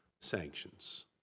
sanctions